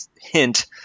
hint